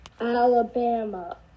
Alabama